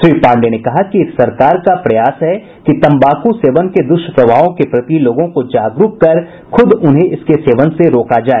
श्री पाण्डेय ने कहा कि सरकार का प्रयास है कि तम्बाकू सेवन के दुष्प्रभावों के प्रति लोगों को जागरूक कर खुद उन्हें इसके सेवन से रोका जाए